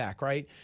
right